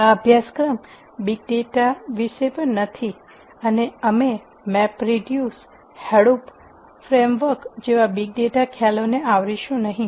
આ અભ્યાસક્રમબિગ ડેટા વિશે પણ નથી અને અમે મેપ reduce Hadoop ફ્રેમવર્ક જેવા big data ખ્યાલોને આવરીશું નહીં